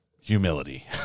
humility